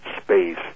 space